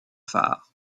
phares